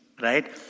right